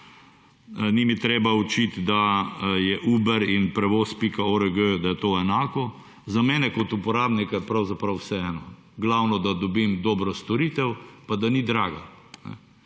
ni me treba učiti, da je Uber in prevoz.org, da je to enako. Za mene kot uporabnika je pravzaprav vseeno, glavno da dobim dobro storitev, pa da ni draga.